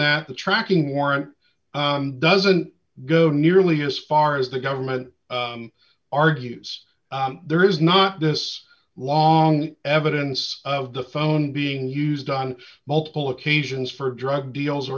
that the tracking warrant doesn't go nearly as far as the government argues there is not this long evidence of the phone being used on multiple occasions for drug deals